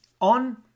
on